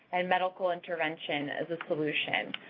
and medical intervention as a solution.